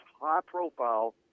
high-profile